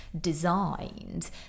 designed